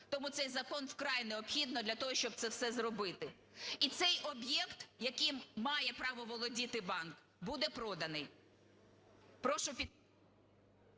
Тому цей закон вкрай необхідний для того, щоб це все зробити. І цей об'єкт, яким має право володіти банк, буде проданий.